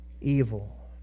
evil